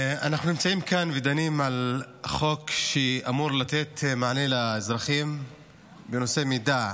אנחנו נמצאים כאן ודנים על חוק שאמור לתת מענה לאזרחים בנושא מידע.